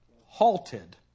halted